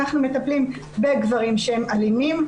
'אנחנו מטפלים בגברים שהם אלימים,